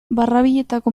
barrabiletako